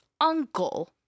uncle